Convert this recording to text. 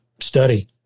study